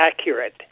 accurate